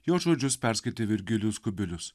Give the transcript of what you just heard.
jo žodžius perskaitė virgilijus kubilius